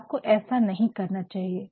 आपको ऐसा नहीं करना चाहिए